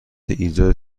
ایجاد